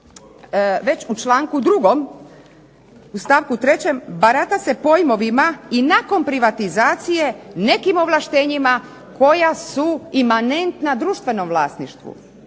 već u članku 2. stavku 3. barata se pojmovima i nakon privatizacije nekim ovlaštenjima koja su imanentna društvenom vlasništvu,